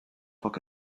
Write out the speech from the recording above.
foc